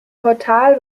portal